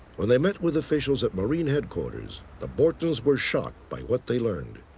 when they met with officials at marine headquarters, the bortons were shocked by what they learned.